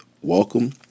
Welcome